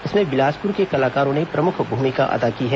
इसमें बिलासपुर के कलाकारों ने प्रमुख भूमिका अदा की है